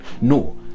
No